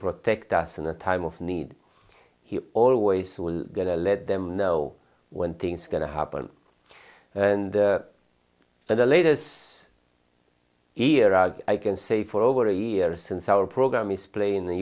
protect us in a time of need he always will going to let them know when things are going to happen and for the latest iraq i can say for over a year since our program is playing the